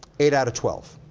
eight out of twelve